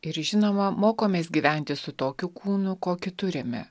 ir žinoma mokomės gyventi su tokiu kūnu kokį turime